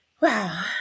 wow